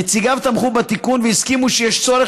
נציגיו תמכו בתיקון והסכימו שיש צורך